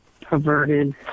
perverted